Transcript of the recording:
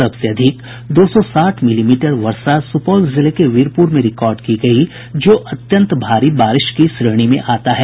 सबसे अधिक दो सौ साठ मिलीमीटर वर्षा सुपौल जिले के वीरपुर में रिकॉर्ड की गयी जो अत्यंत भारी बारिश की श्रेणी में आता है